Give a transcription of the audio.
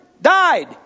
died